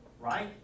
Right